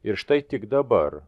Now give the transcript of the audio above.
ir štai tik dabar